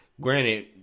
Granted